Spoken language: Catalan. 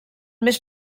més